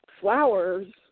flowers